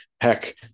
heck